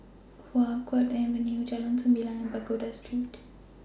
Hua Guan Avenue Jalan Sembilang and Pagoda Street